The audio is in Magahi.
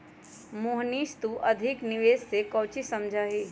मोहनीश तू अधिक निवेश से काउची समझा ही?